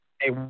Hey